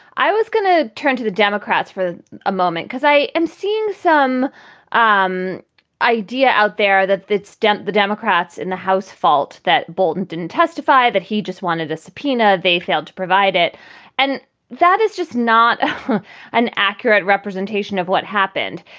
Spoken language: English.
i was going to turn to the democrats for a moment because i am seeing some um idea out there that it's dent the democrats in the house fault that bolton didn't testify, that he just wanted a subpoena. they failed to provide it and that is just not an accurate representation of what happened.